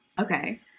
okay